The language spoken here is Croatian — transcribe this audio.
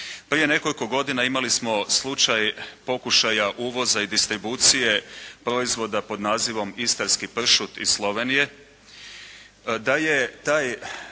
Prije nekoliko godina imali smo slučaj pokušaja uvoza i distribucije proizvoda pod nazivom istarski pršut iz Slovenije,